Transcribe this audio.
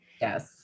Yes